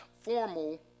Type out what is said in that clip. formal